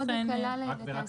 זאת הקלה לתעשייה.